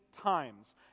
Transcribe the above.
times